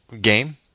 game